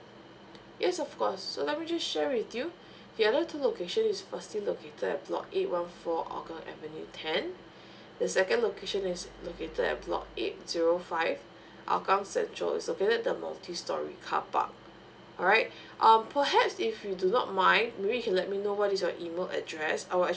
yes of course so let me just share with you the other two location is firstly located at block eight one four an kang avenue ten the second location is located at block eight zero five an kang central also the multi story carpark alright um perhaps if you do not mind maybe you can let me know what is your email address I will actually